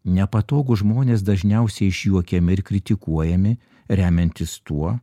nepatogūs žmonės dažniausiai išjuokiami ir kritikuojami remiantis tuo